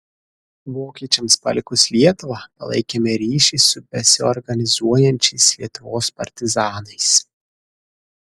vokiečiams palikus lietuvą palaikėme ryšį su besiorganizuojančiais lietuvos partizanais